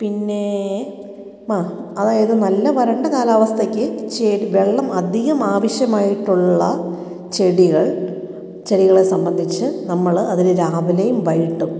പിന്നേ ആ അതായത് നല്ല വരണ്ട കാലാവസ്ഥക്ക് ചേ വെള്ളം അധികം ആവശ്യമായിട്ടുള്ള ചെടികൾ ചെടികളെ സംബന്ധിച്ച് നമ്മൾ അതിന് രാവിലെയും വൈകിട്ടും